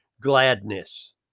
gladness